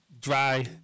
dry